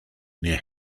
near